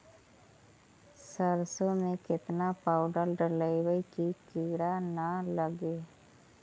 सरसों में केतना पाउडर डालबइ कि किड़ा न लगे?